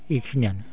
इखिनियानो